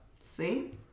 See